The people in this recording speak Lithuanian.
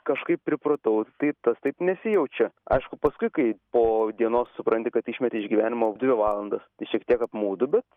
kažkaip pripratau tai tas taip nesijaučia aišku paskui kai po dienos supranti kad išmetei iš gyvenimo dvi valandas tai šiek tiek apmaudu bet